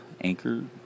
Anchor